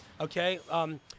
Okay